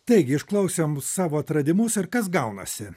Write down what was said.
taigi išklausėm savo atradimus ir kas gaunasi